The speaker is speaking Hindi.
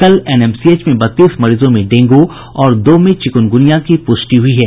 कल एनएमसीएच में बत्तीस मरीजों में डेंगू और दो में चिकुनगुनिया की पुष्टि हुई है